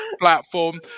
platform